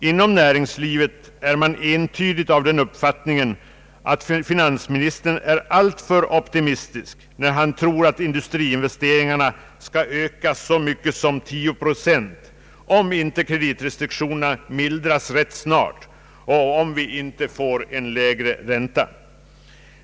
Inom näringslivet är man entydigt av den uppfattningen att finansministern är alltför optimistisk när han tror att industriinvesteringarna skall öka så mycket som med 10 procent om inte kreditrestriktionerna mildras rätt snart och om vi inte får en lägre ränta.